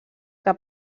que